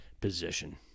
position